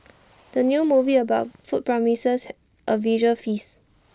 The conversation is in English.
the new movie about food promises A visual feast